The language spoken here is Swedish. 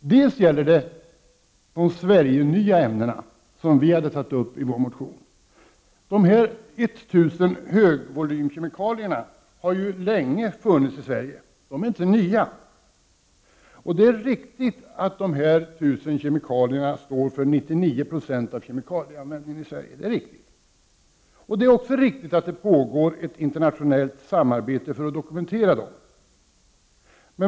Det gäller å ena sidan de ämnen som är nya i Sverige, som vi har tagit upp i vår motion. Det gäller å andra sidan de 1 000 högvolymkemikalierna, som länge har funnits i Sverige. De är inte nya. Det är riktigt att dessa 1 000 kemikalier står för 99 20 av kemikalieanvändningen i Sverige. Det är också riktigt att det pågår ett internationellt samarbete för att dokumentera dem.